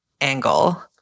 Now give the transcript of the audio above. angle